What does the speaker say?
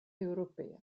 europea